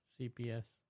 CPS